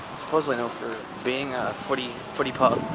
supposedly known for being a footy footy pub,